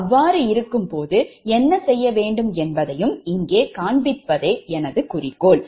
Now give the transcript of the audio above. அவ்வாறு இருக்கும்போது என்ன செய்ய வேண்டும் என்பதையும் இங்கே காண்பிப்பதே எனது குறிக்கோள்